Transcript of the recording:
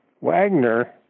Wagner